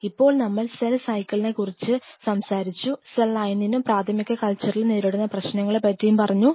ഇപ്പോൾ നമ്മൾ സെൽ സൈക്കിളിനെക്കുറിച്ച് സംസാരിച്ചു സെൽ ലൈനിലും പ്രാഥമിക കൾച്ചറിലും നേരിടുന്ന പ്രശ്നങ്ങളെ പറ്റിയും പറഞ്ഞു